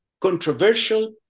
controversial